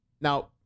now